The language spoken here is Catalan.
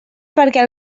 perquè